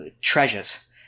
treasures